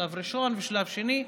שלב ראשון ושלב שני,